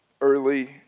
early